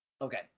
Okay